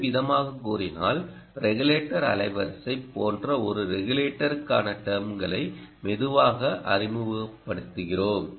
வேறுவிதமாகக் கூறினால் ரெகுலேட்டர் அலைவரிசை போன்ற ஒரு ரெகுலேட்டருக்கான டெர்ம்களை மெதுவாக அறிமுகப்படுத்துகிறோம்